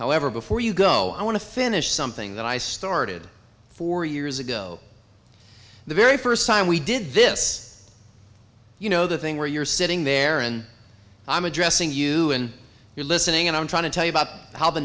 however before you go i want to finish something that i started four years ago the very first time we did this you know the thing where you're sitting there and i'm addressing you and you're listening and i'm trying to tell you about how the